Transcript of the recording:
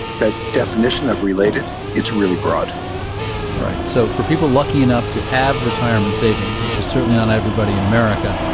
that definition of related, it's really broad all right, so for people lucky enough to have retirement savings, which is certainly not everybody in america,